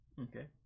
Okay